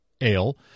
ale